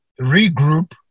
regroup